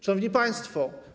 Szanowni Państwo!